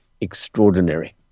extraordinary